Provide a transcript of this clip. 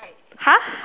!huh!